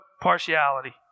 partiality